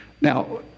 Now